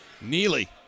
Neely